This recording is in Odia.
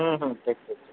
ହୁଁ ହୁଁ ଠିକ୍ ଠିକ୍